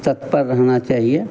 तत्पर रहना चाहिए